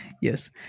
Yes